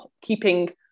keeping